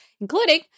including